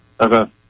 Okay